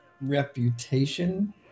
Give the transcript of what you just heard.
...reputation